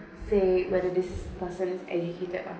say whether this person's educated or